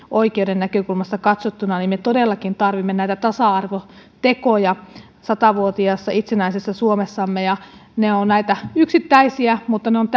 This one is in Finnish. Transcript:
oikeuden näkökulmasta katsottuna me todellakin tarvitsemme näitä tasa arvotekoja satavuotiaassa itsenäisessä suomessamme ne ovat näitä yksittäisiä mutta ne ovat